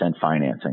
financing